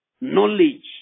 Knowledge